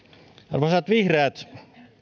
arvoisat vihreät